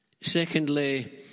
Secondly